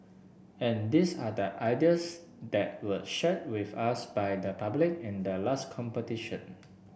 and these are the ideas that were shared with us by the public in the last competition